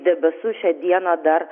debesų šią dieną dar